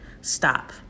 stop